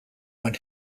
when